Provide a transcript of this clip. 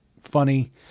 funny